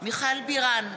מיכל בירן,